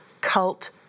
cult